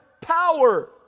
power